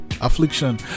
Affliction